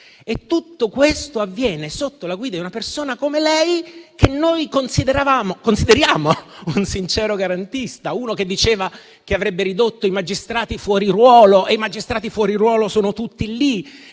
tutto questo avviene sotto la guida di una persona come lei che noi consideravamo e consideriamo un sincero garantista, uno che diceva che avrebbe ridotto i magistrati fuori ruolo (e i magistrati fuori ruolo sono tutti lì),